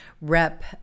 Rep